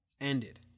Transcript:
Ended